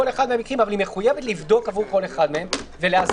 אבל היא מחויבת לבדוק עבור כל אחד מהם ולאזן.